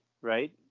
right